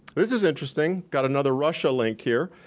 this is interesting, got another russia link here.